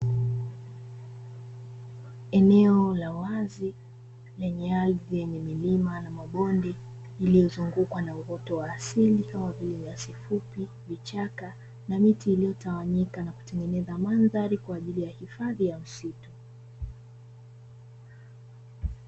Eneo la wazi lenye ardhi yenye milima na mabonde iliyozungukwa na uoto wa asili kama vile :nyasi fupi, vichaka na miti iliyotawanyika na kutengeneza mandhari kwa ajili ya hifadhi ya misitu.